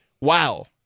wow